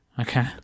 okay